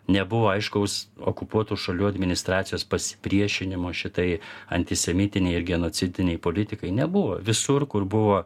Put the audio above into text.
nebuvo aiškaus okupuotų šalių administracijos pasipriešinimo šitai antisemitinei ir genocidinei politikai nebuvo visur kur buvo